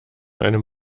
einem